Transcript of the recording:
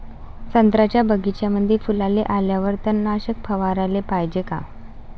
संत्र्याच्या बगीच्यामंदी फुलाले आल्यावर तननाशक फवाराले पायजे का?